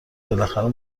بالاخره